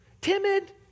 Timid